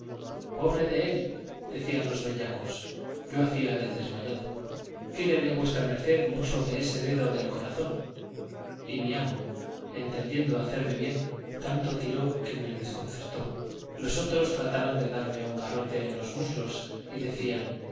pobre de él decían los bellacos yo hacía del desmayado tírele v md mucho de ese dedo del corazón y mi amo entendiendo hacerme bien tanto tiró que me le desconcertó los otros trataron de darme un garrote en los muslos y decían